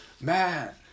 man